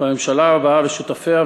והממשלה הבאה ושותפיה,